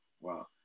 Wow